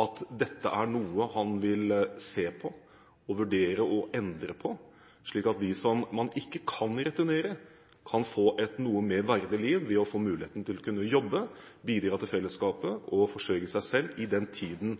at dette er noe han vil se på og vurdere å endre på, slik at de som man ikke kan returnere, kan få et noe mer verdig liv ved å få muligheten til å kunne jobbe, bidra til fellesskapet og forsørge seg selv i den tiden